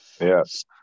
yes